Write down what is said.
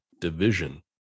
division